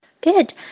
Good